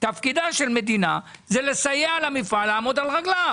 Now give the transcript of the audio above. תפקידה של מדינה זה לסייע למפעל לעמוד על רגליו.